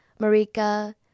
Marika